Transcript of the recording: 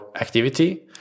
activity